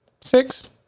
Six